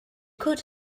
could